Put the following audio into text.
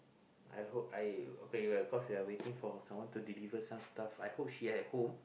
I hope I okay cause we are waiting for someone to deliver some stuff I hope she's at home